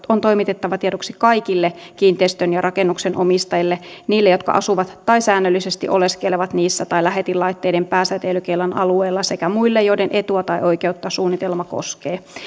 on toimitettava tiedoksi kaikille kiinteistön ja rakennuksen omistajille niille jotka asuvat tai säännöllisesti oleskelevat niissä tai lähetinlaitteiden pääsäteilykiellon alueella sekä muille joiden etua tai oikeutta suunnitelma koskee